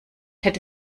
hätte